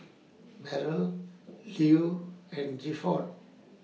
Beryl Lew and Gifford